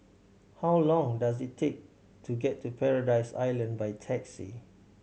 how long does it take to get to Paradise Island by taxi